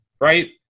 right